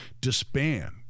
disband